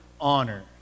honor